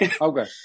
Okay